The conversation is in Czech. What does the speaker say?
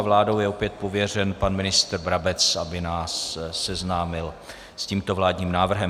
Vládou je opět pověřen pan ministr Brabec, aby nás seznámil s tímto vládním návrhem.